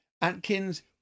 Atkins